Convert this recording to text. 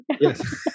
yes